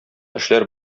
эшләр